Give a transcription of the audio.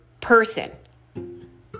person